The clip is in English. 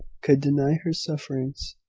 could deny her sufferings.